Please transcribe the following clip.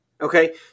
okay